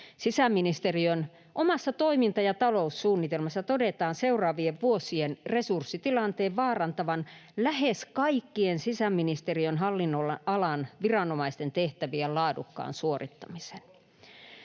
Sisäministeriön omassa toiminta- ja taloussuunnitelmassa todetaan seuraavien vuosien resurssitilanteen vaarantavan lähes kaikkien sisäministeriön hallinnonalan viranomaisten tehtävien laadukkaan suorittamisen.